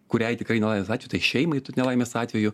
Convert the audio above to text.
kuriai tikrai nelaimės atveju tai šeimai nelaimės atveju